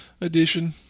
edition